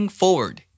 forward